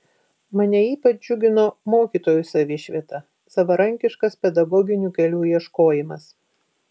mane ypač džiugino mokytojų savišvieta savarankiškas pedagoginių kelių ieškojimas